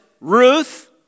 Ruth